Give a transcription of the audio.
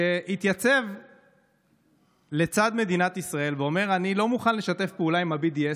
שהתייצב לצד מדינת ישראל ואומר: אני לא מוכן לשתף פעולה עם ה-BDS,